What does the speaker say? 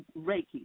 Reiki